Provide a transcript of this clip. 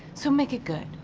so make it good.